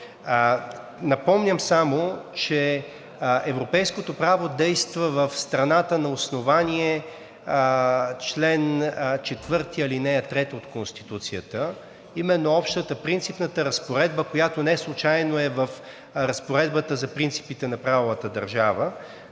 Напомням само, че европейското право действа в страната на основание чл. 4, ал. 3 от Конституцията – именно общата, принципната разпоредба, която неслучайно е в разпоредбата за принципите на правовата държава,